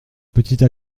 petites